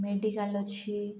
medical ଅଛି